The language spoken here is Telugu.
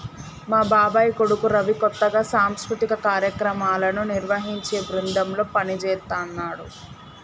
మా బాబాయ్ కొడుకు రవి కొత్తగా సాంస్కృతిక కార్యక్రమాలను నిర్వహించే బృందంలో పనిజేత్తన్నాడు